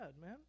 man